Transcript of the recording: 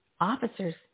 officers